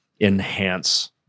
enhance